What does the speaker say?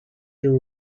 you